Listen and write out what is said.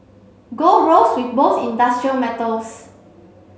gold rose with most industrial metals